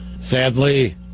sadly